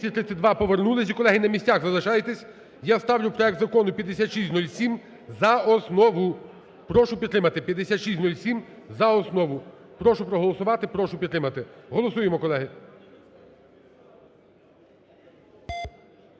Прошу проголосувати, прошу підтримати. Голосуємо, колеги.